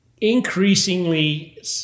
increasingly